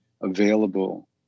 available